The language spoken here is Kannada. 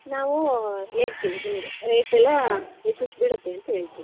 ನಾವು ಹೇಳ್ತಿವಿ ನಿಮಗೆ ರೇಟೆಲ್ಲ ಎಷ್ಟು ಎಷ್ಟು ಬೀಳುತ್ತೆ ಅಂತ ಹೇಳ್ತಿವಿ